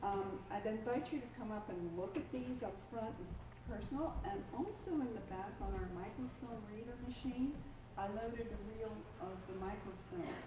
i'd invite you to come up and look at these upfront and personal ah and also in the back on our microfilm reader machine i loaded a reel of the microfilm.